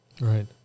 Right